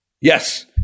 Yes